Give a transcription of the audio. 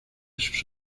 sus